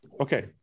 Okay